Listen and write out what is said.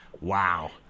Wow